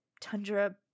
tundra